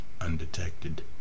undetected